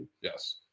Yes